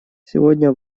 сегодня